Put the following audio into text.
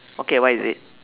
okay what is it